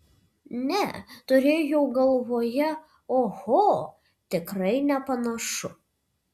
ne turėjau galvoje oho tikrai nepanašu